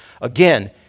Again